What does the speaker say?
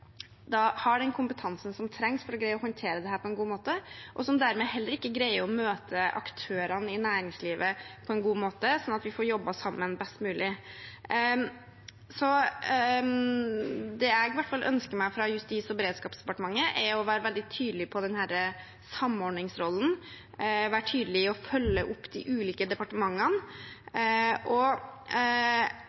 har den kompetansen som trengs for å greie å håndtere dette på en god måte, og som dermed heller ikke greier å møte aktørene i næringslivet på en god måte, sånn at vi får jobbet sammen best mulig. Det i hvert fall jeg ønsker meg fra Justis- og beredskapsdepartementet, er at man er veldig tydelig på denne samordningsrollen og er tydelig når det gjelder å følge opp de ulike departementene.